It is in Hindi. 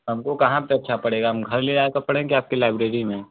हमको कहाँ पर अच्छा पड़ेगा हम घर ले जाकर पढ़ें कि आपकी लाइब्रेरी में